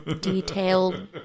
detailed